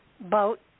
boat